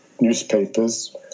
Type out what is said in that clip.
newspapers